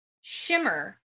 shimmer